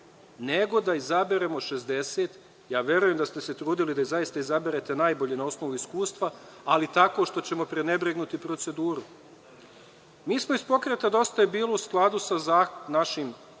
nego da izaberemo 60. Verujem da ste se trudili da zaista izabere najbolje na osnovu iskustva, ali tkao što ćemo prenebregnuti proceduru. Mi smo iz Pokreta „Dosta je bilo“, u skladu sa našom